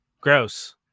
Gross